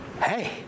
hey